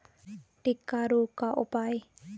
टिक्का रोग का उपाय?